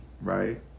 right